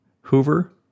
Hoover